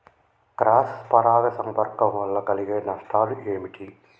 Cross పరాగ సంపర్కం వల్ల కలిగే నష్టాలు ఏమిటి?